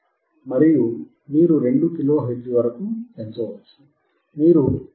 మరియు మీరు 2 kilohertz వరకు పెంచవచ్చు మీరు 2